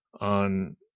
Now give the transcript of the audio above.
on